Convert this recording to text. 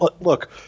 look